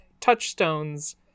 touchstones